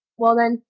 well then,